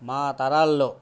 మా తరాల్లో